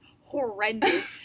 horrendous